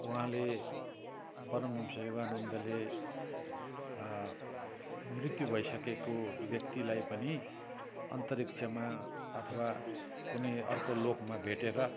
उहाँले परमहंस योगानन्दले मृत्यु भइसकेको व्यक्तिलाई पनि अन्तरिक्षमा अथवा कुनै अर्को लोकमा भेटेर